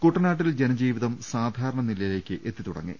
കുട്ടനാട്ടിൽ ജനജീവിതം സാധാരണനിലയിലേക്ക് എത്തിത്തു ടങ്ങി